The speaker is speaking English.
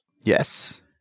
Yes